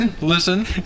listen